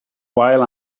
wael